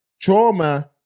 trauma